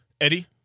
Eddie